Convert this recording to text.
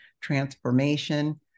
transformation